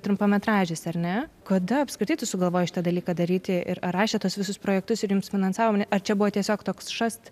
trumpametražės ar ne kada apskritai tu sugalvojai šitą dalyką daryti ir ar rašėt tuos visus projektus ir ims finansavo ar čia buvo tiesiog toks šast